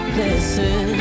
listen